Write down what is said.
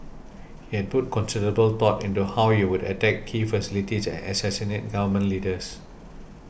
he had put considerable thought into how he would attack key facilities and assassinate Government Leaders